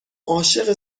عاشق